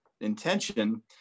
intention